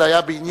זה היה בעניין